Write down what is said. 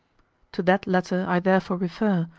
to that letter i therefore refer,